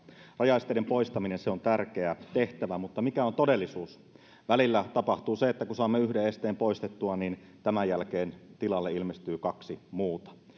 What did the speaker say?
rajaesteiden poistaminen on tärkeä tehtävä mutta mikä on todellisuus välillä tapahtuu se että kun saamme yhden esteen poistettua niin tämän jälkeen tilalle ilmestyy kaksi muuta